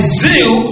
zeal